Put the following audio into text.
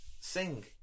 sing